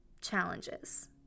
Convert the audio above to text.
challenges